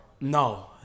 No